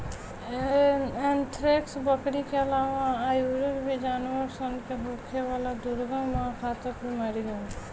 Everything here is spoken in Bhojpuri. एंथ्रेक्स, बकरी के आलावा आयूरो भी जानवर सन के होखेवाला दुर्गम आ घातक बीमारी हवे